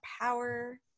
power